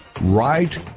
Right